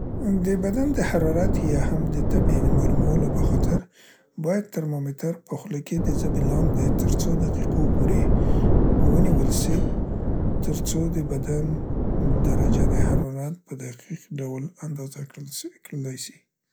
د بدن د حرارت یا هم تبې د مالومولو په خاطر باید ترمامیتر په خوله کې د زبې لاندې تر څو دقیقو پورې ونیول سي تر څو د بدن درجه د حرارت په دقیق ډول اندازه کړل سي، کړلی سي.